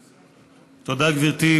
תודה, גברתי.